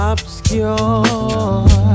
Obscure